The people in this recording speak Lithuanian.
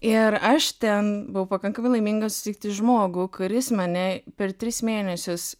ir aš ten buvau pakankamai laiminga sutikti žmogų kuris mane per tris mėnesius